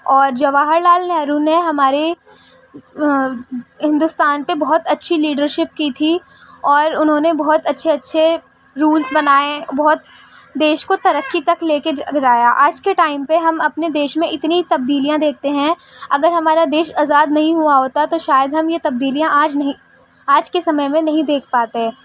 اور جواہر لعل نہرو نے ہمارے ہندوستان پہ بہت اچھی لیڈر شپ کی تھی اور انہوں نے بہت اچھے اچھے رولس بنائے بہت دیش کو ترقی تک لے کے جایا آج کے ٹائم پہ ہم اپنے دیش میں اتنی تبدیلیاں دیکھتے ہیں اگر ہمارا دیش آزاد نہیں ہوا ہوتا تو شاید ہم یہ تبدیلیاں آج نہیں آج کے سمے میں نہیں دیکھ پاتے